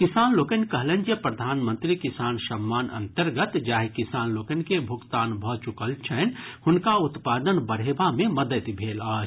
किसान लोकनि कहलनि जे प्रधानमंत्री किसान सम्मान अंतर्गत जाहि किसान लोकनि के भुगतान भऽ चुकल छनि हुनका उत्पादन बढेबा मे मददि भेल अछि